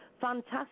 fantastic